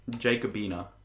Jacobina